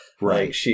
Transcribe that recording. Right